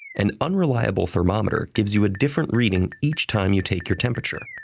an unreliable thermometer gives you a different reading each time you take your temperature,